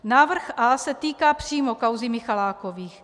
Návrh A se týká přímo kauzy Michalákových.